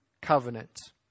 covenant